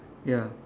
ya